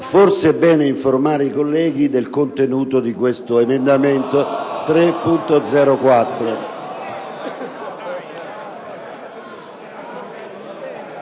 Forse è bene informare i colleghi del contenuto dell'emendamento 3.0.4